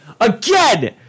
Again